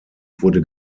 wurde